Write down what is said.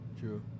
True